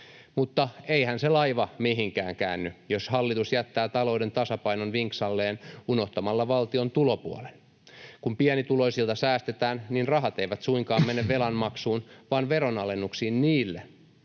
mutta eihän se laiva mihinkään käänny, jos hallitus jättää talouden tasapainon vinksalleen unohtamalla valtion tulopuolen. Kun pienituloisilta säästetään, rahat eivät suinkaan mene velanmaksuun vaan veronalennuksiin niille,